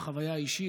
מהחוויה האישית,